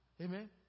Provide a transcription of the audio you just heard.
Amen